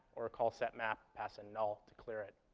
or call set map, pass, and null to clear it.